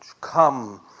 Come